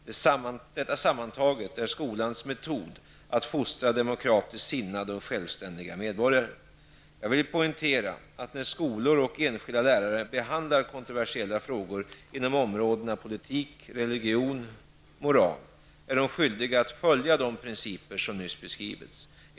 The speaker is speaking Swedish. Detta sammantaget är skolans metod att fostra demokratiskt sinnade och självständiga medborgare. Jag vill poängtera att när skolor och enskilda lärare behandlar kontroversiella frågor inom områdena politik, religion, moral är de skyldiga att följa de principer som nyss beskrivits.